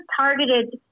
targeted